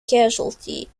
casualty